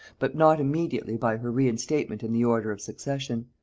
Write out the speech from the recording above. but not immediately by her reinstatement in the order of succession.